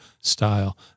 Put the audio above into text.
style